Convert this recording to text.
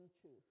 truth